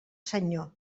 senyor